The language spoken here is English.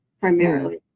primarily